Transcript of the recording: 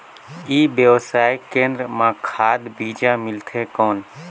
ई व्यवसाय केंद्र मां खाद बीजा मिलथे कौन?